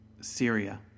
Syria